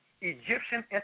Egyptian